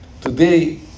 Today